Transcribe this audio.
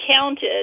counted